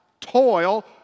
toil